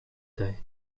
day